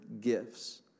gifts